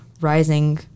rising